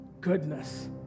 goodness